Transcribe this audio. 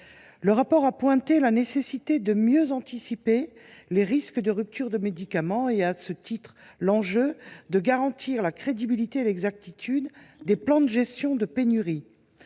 Cohen a pointé la nécessité de mieux anticiper les risques de rupture de médicaments et de garantir la crédibilité et l’exactitude des plans de gestion des pénuries.